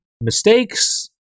mistakes